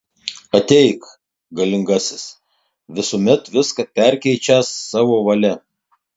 ateik galingasis visuomet viską perkeičiąs savo valia